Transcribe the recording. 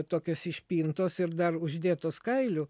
tokios išpintos ir dar uždėtos kailiu